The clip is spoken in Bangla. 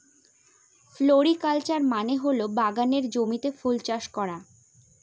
ফ্লোরিকালচার মানে হল বাগানের জমিতে ফুল চাষ করা